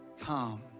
come